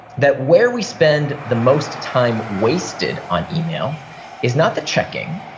that where we spend the most time wasted on email is not the checking,